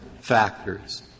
factors